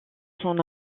son